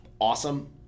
awesome